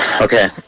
Okay